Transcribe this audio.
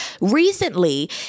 Recently